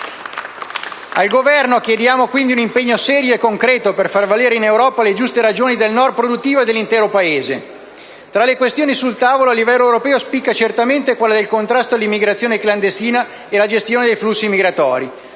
Al Governo chiediamo quindi un impegno serio e concreto per far valere in Europa le giuste ragioni del Nord produttivo e dell'intero Paese. Tra le questioni sul tavolo a livello europeo spicca certamente quella del contrasto all'immigrazione clandestina e della gestione dei flussi migratori.